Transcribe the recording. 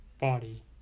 body